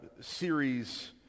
series